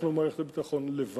אנחנו לא יכולים להתמודד לבד,